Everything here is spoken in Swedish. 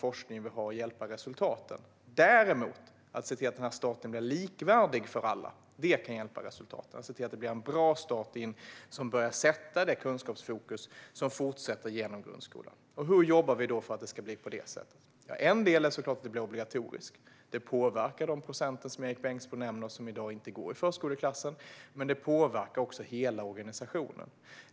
Det som däremot kan hjälpa resultaten är att se till att starten blir likvärdig och bra för alla och börjar sätta det kunskapsfokus som fortsätter genom grundskolan. Hur jobbar vi då för att det ska bli på det sättet? Ja, en del är såklart att det blir obligatoriskt. Det påverkar de procent som Erik Bengtzboe nämner som i dag inte går i förskoleklassen, men det påverkar också hela organisationen.